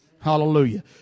Hallelujah